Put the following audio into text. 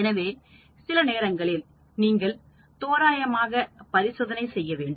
எனவே சில நேரங்களில் நீங்கள் தோராயமாக பரிசோதனை செய்ய வேண்டும்